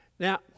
Now